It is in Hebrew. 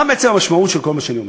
מה בעצם המשמעות של כל מה שאני אומר?